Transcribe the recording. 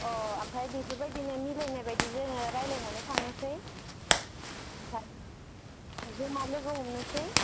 अ आमफाय बेफोरबादिनो मिलायनायबादि जोङो रायलायनानै खांनोसै ज'मा लोगो हमनोसै